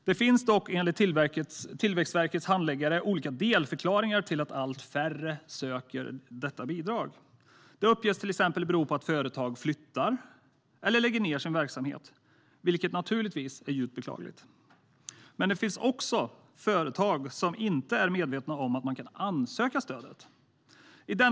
Det finns dock enligt Tillväxtverkets handläggare olika delförklaringar till att allt färre söker detta bidrag. Det uppges bero på till exempel att företag flyttar eller lägger ned sin verksamhet, vilket naturligtvis är djupt beklagligt. Men det finns också företag som inte är medvetna om att de kan ansöka om stödet.